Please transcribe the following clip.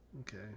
Okay